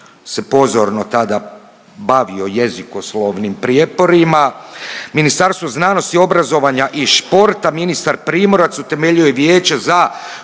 se pozorno tada bavio jezikoslovnim prijeporima. Ministarstvo znanosti, obrazovanja i športa, ministar Primorac utemeljio je Vijeće za